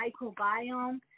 microbiome